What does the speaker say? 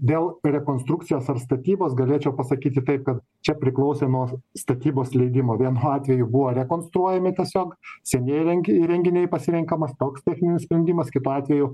dėl rekonstrukcijos ar statybos galėčiau pasakyti taip kad čia priklausė nuo statybos leidimo vienu atveju buvo rekonstruojami tiesiog senieji įrenk įrenginiai pasirenkamas toks techninis sprendimas kitu atveju